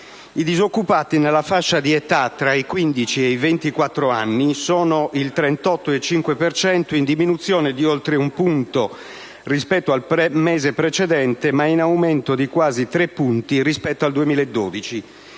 I disoccupati nella fascia di età tra i quindici e i ventiquattro anni sono il 38,5 per cento, in diminuzione di oltre un punto rispetto al mese precedente, ma in aumento di quasi tre punti rispetto al 2012.